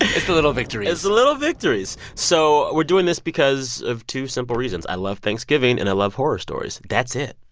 it's the little victories it's the little victories. so we're doing this because of two simple reasons i love thanksgiving, and i love horror stories. that's it.